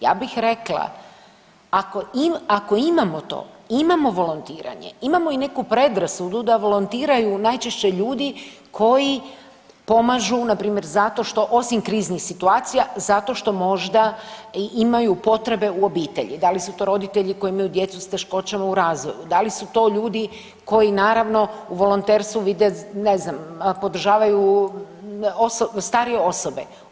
Ja bih rekla, ako imamo to, imamo volontiranje, imamo i neku predrasudu da volontiraju najčešće ljudi koji pomažu, npr. zato što osim kriznih situacija, zato što možda imaju potrebe u obitelji, da li su to roditelji koji imaju djecu s teškoćama u razvoju, da li su to ljudi, koji naravno, volonter su, vide, ne znam, podržavaju starije osobe.